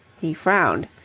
he frowned.